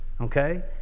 okay